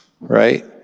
right